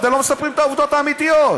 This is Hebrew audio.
אתם לא מספרים את העובדות האמיתיות.